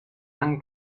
lange